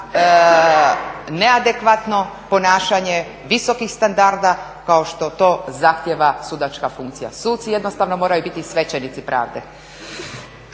neadekvatno ponašanje visokih standarda kao što to zahtjeva sudačka funkcija. Suci jednostavno moraju biti svećenici pravde.